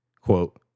Quote